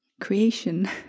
creation